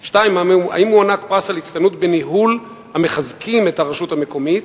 2. האם מוענק פרס על הצטיינות בניהול המחזק את הרשות המקומית?